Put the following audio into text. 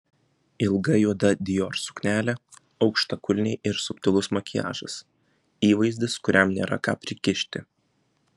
ilga juoda dior suknelė aukštakulniai ir subtilus makiažas įvaizdis kuriam nėra ką prikišti